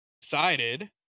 decided